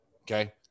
okay